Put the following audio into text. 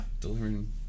delivering